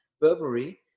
Burberry